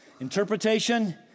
interpretation